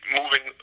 moving